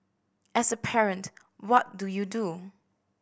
as a parent what do you do